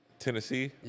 Tennessee